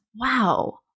wow